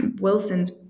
Wilson's